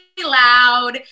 loud